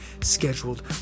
scheduled